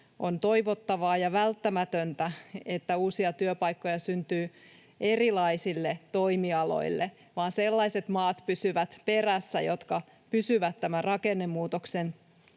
On toivottavaa ja välttämätöntä, että uusia työpaikkoja syntyy erilaisille toimialoille. Vain sellaiset maat pysyvät perässä, jotka pysyvät tämän rakennemuutoksen